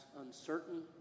uncertain